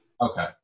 Okay